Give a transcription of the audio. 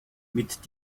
mit